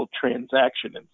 transaction